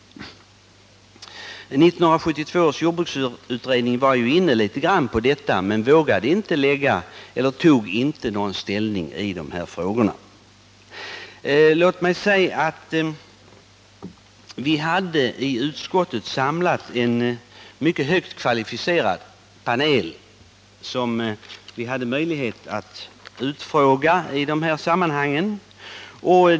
1972 års jordbruksutredning var inne på detta men tog inte ställning i dessa frågor. Vi samlade i utskottet en mycket kvalificerad panel som vi hade möjlighet att utfråga i dessa sammanhang.